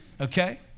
okay